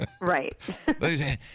Right